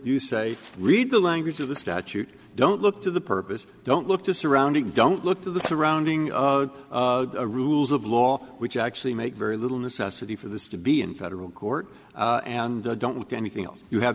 you say read the language of the statute don't look to the purpose don't look to surround it don't look to the surrounding rules of law which actually make very little necessity for this to be in federal court and don't look anything else you have